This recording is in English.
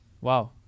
Wow